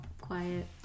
quiet